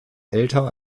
älter